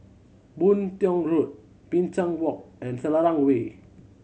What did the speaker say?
Boon Tiong Road Binchang Walk and Selarang Way